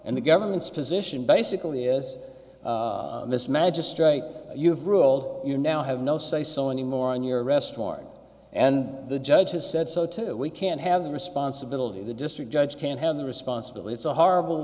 and the government's position basically is this magistrate you've ruled you now have no say so anymore on your arrest warrant and the judge has said so too we can't have the responsibility of the district judge can't have the responsibility it's a horrible